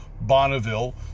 Bonneville